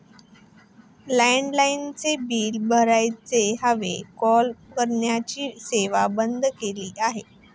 लँडलाइनचे बिल भरायला हवे, कॉल करण्याची सेवा बंद केली आहे